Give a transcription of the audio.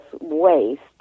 waste